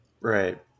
right